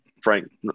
Frank